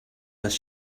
les